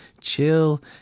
chill